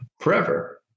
forever